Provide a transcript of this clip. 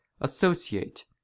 Associate